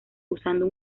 usando